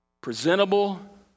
presentable